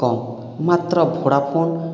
କମ୍ ମାତ୍ର ଭୋଡ଼ାଫୋନ୍